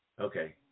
Okay